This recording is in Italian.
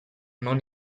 non